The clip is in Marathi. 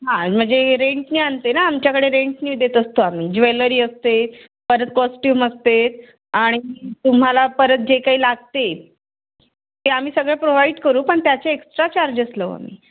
हां म्हणजे रेंटने आणते ना आमच्याकडे रेंटने देत असतो आम्ही ज्वेलरी असते परत कॉस्ट्युम असते आणि तुम्हाला परत जे काही लागते ते आम्ही सगळे प्रोव्हाइड करू पण त्याचे एक्स्ट्रा चार्जेस लावू आम्ही